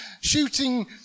shooting